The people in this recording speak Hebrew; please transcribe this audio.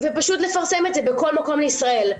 ופשוט לפרסם את זה בכל מקום בישראל.